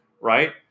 right